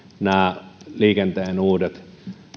nämä liikenteen uudet